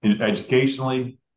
educationally